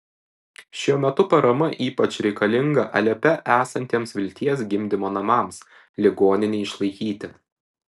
šiuo metu parama ypač reikalinga alepe esantiems vilties gimdymo namams ligoninei išlaikyti